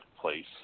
place